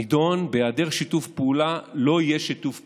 הנדון, "בהיעדר שיתוף פעולה לא יהיה שיתוף פעולה".